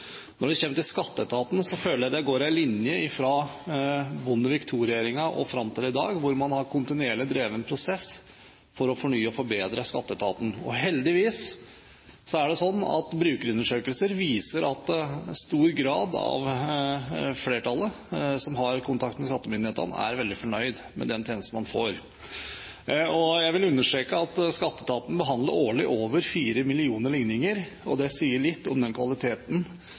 Når det kommer til Skatteetaten, føler jeg at det går en linje fra Bondevik II-regjeringen og fram til i dag, hvor man kontinuerlig har drevet en prosess for å fornye og forbedre Skatteetaten, og heldigvis er det slik at brukerundersøkelser viser at et flertall av dem som har kontakt med skattemyndighetene, er veldig fornøyd med den tjenesten man får. Jeg vil understreke at Skatteetaten årlig behandler over 4 millioner ligninger, og det sier litt om den kvaliteten